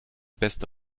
beste